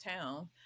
town